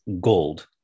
gold